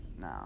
no